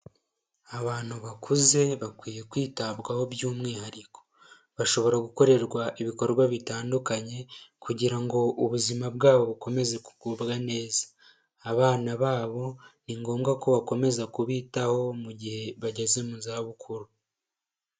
Abantu bakuze bakwiye kwitabwaho by'umwihariko, bashobora gukorerwa ibikorwa bitandukanye kugira ngo ubuzima bwabo bukomeze kugubwa neza, abana babo ni ngombwa ko bakomeza kubitaho mu gihe bageze mu za bukuru.